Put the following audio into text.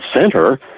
center